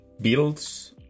builds